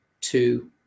two